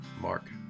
Mark